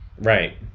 right